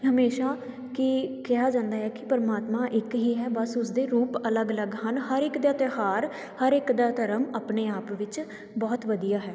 ਹਮੇਸ਼ਾ ਕੀ ਕਿਹਾ ਜਾਂਦਾ ਹੈ ਕਿ ਪਰਮਾਮਾ ਇੱਕ ਹੀ ਹੈ ਬਸ ਉਸਦੇ ਰੂਪ ਅਲੱਗ ਅਲੱਗ ਹਨ ਹਰ ਇੱਕ ਦਾ ਤਿਉਹਾਰ ਹਰ ਇੱਕ ਦਾ ਧਰਮ ਆਪਣੇ ਆਪ ਵਿਚ ਬਹੁਤ ਵਧੀਆ ਹੈ